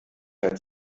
hat